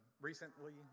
recently